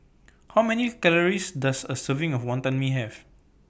How Many Calories Does A Serving of Wantan Mee Have